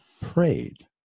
prayed